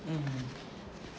mm